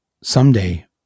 someday